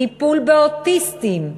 טיפול באוטיסטים,